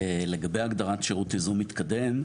לגבי הגדרת שירות ייזום מתקדם,